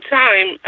time